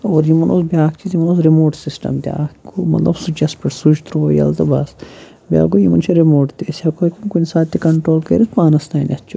اور یِمَن اوس بیٛاکھ چیٖز یِمَن اوس رِموٹ سِسٹَم تہِ اَکھ گوٚو مطلب سُچَس پٮ۪ٹھ سُچ ترٛوو یَلہِ تہٕ بَس بیٛاکھ گوٚو یِمَن چھِ رِموٹ تہِ أسۍ ہٮ۪کو کُنہِ ساتہٕ تہِ کَنٹرول کٔرِتھ پانَس تانٮ۪تھ چھُ